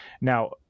Now